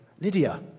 Lydia